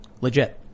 Legit